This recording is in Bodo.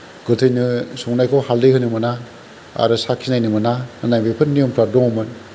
गोथैनो संनायखौ हालदै होनो मोना आरो साखि नायनो मोना बेफोर नियमफोरा दंमोन